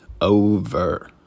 over